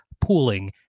pooling